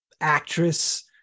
actress